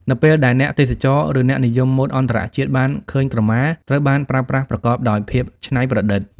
នៅពេលដែលអ្នកទេសចរ ឬអ្នកនិយមម៉ូដអន្តរជាតិបានឃើញក្រមាត្រូវបានប្រើប្រាស់ប្រកបដោយភាពច្នៃប្រឌិត។